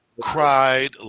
cried